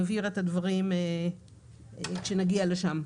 נבהיר את הדברים כשנגיע לשם.